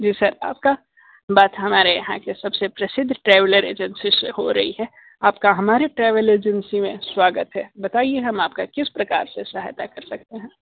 जी sir आपका बात हमारे यहाँ के सबसे प्रसिद्ध ट्रैवलर एजेंसी से हो रही है आपका हमारे ट्रैवल एजेंसी में स्वागत है बताइये हम आपका किस प्रकार से सहायता कर सकते हैं